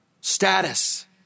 Status